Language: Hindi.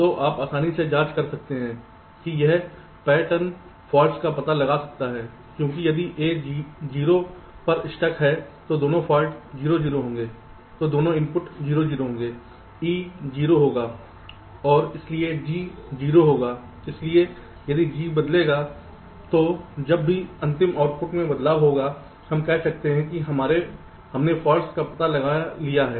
तो आप आसानी से जांच सकते हैं कि यह पैटर्न फॉल्ट्स का पता लगा सकता है क्योंकि यदि A 0 पर स्टक है तो दोनों इनपुट 0 0 होंगे E 0 होगा और इसलिए G 0 होगा इसलिए यदि G बदलेगा तो जब भी अंतिम आउटपुट में बदलाव होगा हम कह सकते हैं कि हमने फ़ॉल्ट का पता लगा लिया है